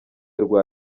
rwa